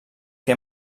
que